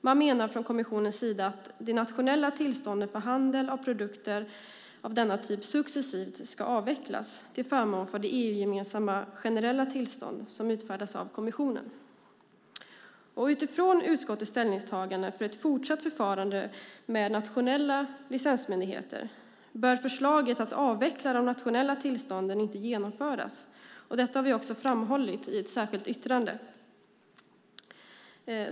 Man menar från kommissionens sida att de nationella tillstånden för handel av produkter av denna typ successivt ska avvecklas till förmån för de EU-gemensamma generella tillstånd som utfärdas av kommissionen. Utifrån utskottets ställningstagande för ett fortsatt förfarande med nationella licensmyndigheter bör förslaget att avveckla de nationella tillstånden inte genomföras. Det har vi också framhållit i ett särskilt yttrande.